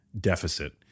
deficit